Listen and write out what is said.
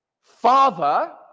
Father